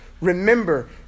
Remember